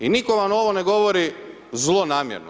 I nitko vam ovo ne govori zlonamjerno.